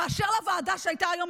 באשר לוועדה שהייתה היום,